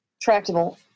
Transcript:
tractable